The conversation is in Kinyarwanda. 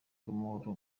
bw’amahoro